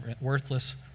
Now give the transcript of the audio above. worthless